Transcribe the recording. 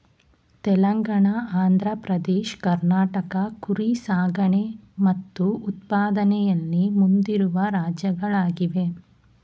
ತೆಲಂಗಾಣ ಆಂಧ್ರ ಪ್ರದೇಶ್ ಕರ್ನಾಟಕ ಕುರಿ ಸಾಕಣೆ ಮತ್ತು ಉತ್ಪಾದನೆಯಲ್ಲಿ ಮುಂದಿರುವ ರಾಜ್ಯಗಳಾಗಿವೆ